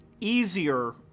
easier